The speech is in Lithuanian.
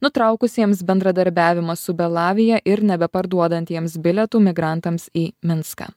nutraukusiems bendradarbiavimą su belavija ir neparduodantiems bilietų migrantams į minską